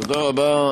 תודה רבה.